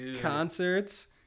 concerts